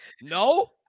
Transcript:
No